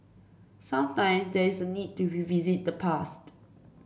sometimes there is a need to revisit the past